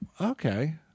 Okay